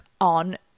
on